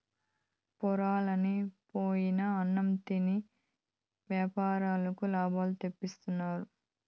పొరలన్ని పోయిన అన్నం తిని యాపారులకు లాభాలు తెప్పిస్తుండారు